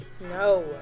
No